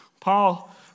Paul